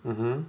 mmhmm